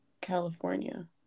California